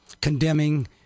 condemning